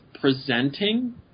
presenting